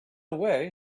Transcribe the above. way